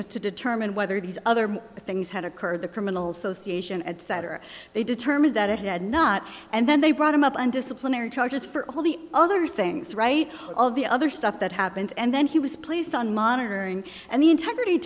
to determine whether these other things had occurred the criminal sociate in etc they determined that it had not and then they brought him up on disciplinary charges for all the other things right all of the other stuff that happens and then he was placed on monitoring and the integrity